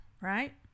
right